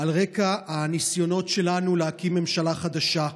על רקע הניסיונות שלנו להקים ממשלה חדשה.